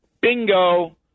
bingo